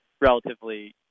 relatively